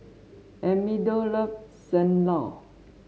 Amado loves Sam Lau